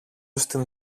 στην